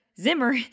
Zimmer